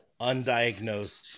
undiagnosed